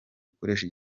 bikoresha